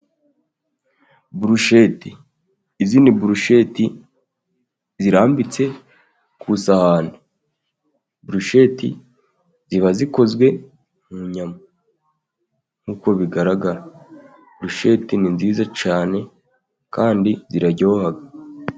Burusheti ,izi ni burusheti zirambitse ku isahani. Burusheti ziba zikozwe mu nyama nkuko bigaragara, burusheti ni nziza cyane kandi ziraryoha